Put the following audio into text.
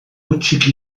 gutxik